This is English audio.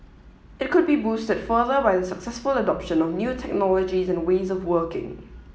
it could be boosted further by the successful adoption of new technologies and ways of working